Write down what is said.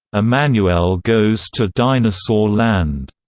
emanuelle goes to dinosaur land,